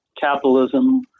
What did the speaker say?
capitalism